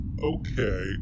okay